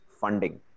funding